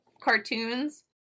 cartoons